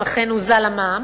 אם אכן הוזל המע"מ,